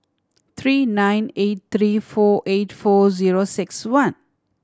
three nine eight three four eight four zero six one